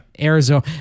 Arizona